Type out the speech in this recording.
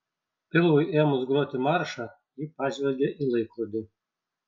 pilvui ėmus groti maršą ji pažvelgė į laikrodį